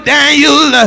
Daniel